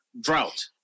drought